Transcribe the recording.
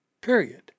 period